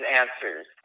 answers